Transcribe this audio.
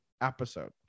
episode